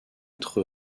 être